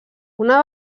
una